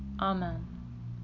Amen